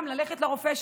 וגם ללכת לרופא שלה.